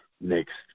next